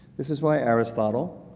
this is why aristotle,